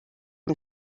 him